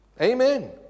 Amen